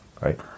right